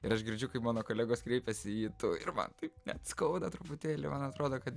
ir aš girdžiu kaip mano kolegos kreipiasi į jį tu ir man taip net skauda truputėlį man atrodo kad